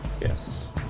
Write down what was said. Yes